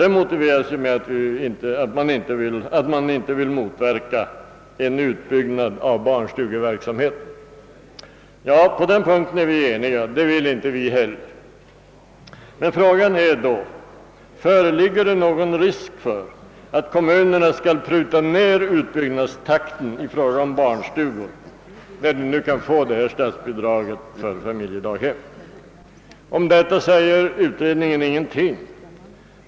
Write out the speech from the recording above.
Detta motiveras med att man inte vill motverka en utbyggnad av barnstugeverksamheten. På den punkten råder enighet — det vill inte vi heller. Men frågan är då: Föreligger det någon risk för att kommunerna skall slå av på utbyggnadstakten i fråga om barnstugor när de nu kan få detta statsbidrag för familjedaghem? Om detta säger utredningen ingenting.